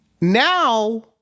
Now